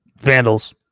Vandals